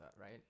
right